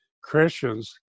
Christians